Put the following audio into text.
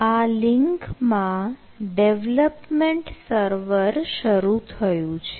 આ લિંકમાં development server શરૂ થયું છે